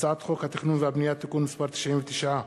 הצעת חוק התכנון והבנייה (תיקון מס' 99)